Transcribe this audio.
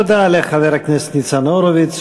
תודה לחבר הכנסת ניצן הורוביץ,